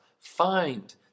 find